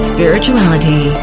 Spirituality